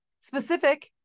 specific